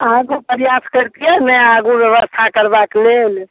अहाँ सब प्रआस करतिए ने आगू ब्यबस्था करबाके लेल